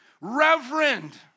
reverend